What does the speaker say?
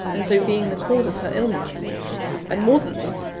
and so being the cause of her illness and more than this,